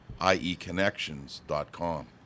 ieconnections.com